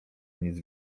nic